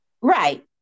right